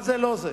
אבל זה לא זה.